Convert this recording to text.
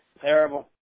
Terrible